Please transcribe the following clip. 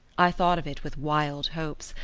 i thought of it with wild hopes,